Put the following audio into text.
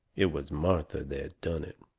it was martha that done it.